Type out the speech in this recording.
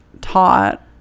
taught